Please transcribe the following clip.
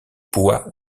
bois